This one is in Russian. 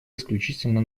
исключительно